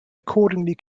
accordingly